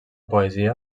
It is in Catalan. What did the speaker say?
poesia